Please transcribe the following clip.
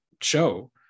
show